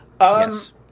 Yes